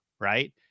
right